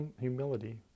humility